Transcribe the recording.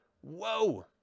Whoa